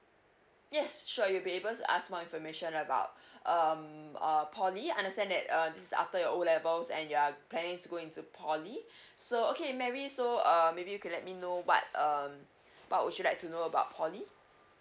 yes sure you be able to ask more information about um uh P_O_L_Y I understand that uh this is after your O levels and you're planning to go into P_O_L_Y so okay maybe so err maybe you can let me know what um what would you like to know about P_O_L_Y